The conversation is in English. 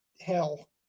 Hell